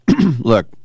look